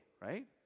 right